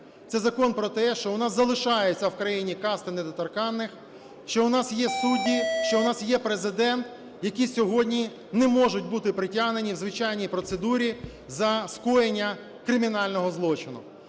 це закон про те, що у нас залишається в країні касти недоторканних, що у нас є судді, що у нас є Президент, які сьогодні не можуть бути притягнуті у звичайній процедурі за скоєння кримінального злочину.